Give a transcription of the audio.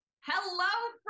Hello